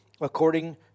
according